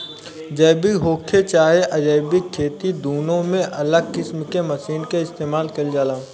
जैविक होखे चाहे अजैविक खेती दुनो में अलग किस्म के मशीन के इस्तमाल कईल जाला